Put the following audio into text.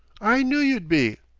i knew you'd be.